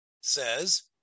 says